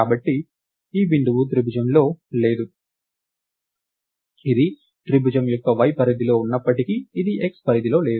కాబట్టి ఈ బిందువు త్రిభుజంలో లేదు ఇది త్రిభుజం యొక్క y పరిధిలో ఉన్నప్పటికీ ఇది x పరిధిలో లేదు